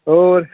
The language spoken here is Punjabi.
ਹੋਰ